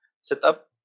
setup